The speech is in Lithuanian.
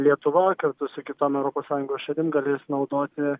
lietuva kartu su kitom europos sąjungos šalim galės naudoti